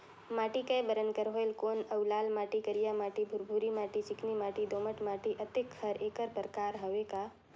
माटी कये बरन के होयल कौन अउ लाल माटी, करिया माटी, भुरभुरी माटी, चिकनी माटी, दोमट माटी, अतेक हर एकर प्रकार हवे का?